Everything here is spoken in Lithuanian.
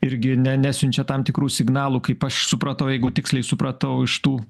irgi ne nesiunčia tam tikrų signalų kaip aš supratau jeigu tiksliai supratau iš tų